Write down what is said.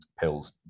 pills